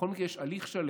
בכל מקרה יש הליך שלם,